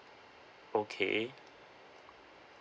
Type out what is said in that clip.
okay